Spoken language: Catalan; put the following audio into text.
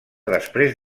després